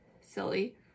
silly